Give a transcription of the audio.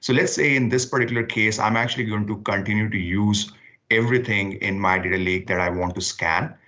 so let's say in this particular case, i'm actually going to continue to use everything in my data lake that i want to scan,